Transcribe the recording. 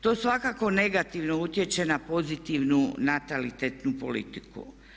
To svakako negativno utječe na pozitivnu natalitetnu politiku.